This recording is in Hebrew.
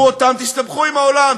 לא כולו.